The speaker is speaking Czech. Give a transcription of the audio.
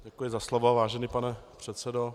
Děkuji za slovo, vážený pane předsedo.